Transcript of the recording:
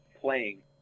playing